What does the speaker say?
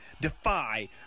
Defy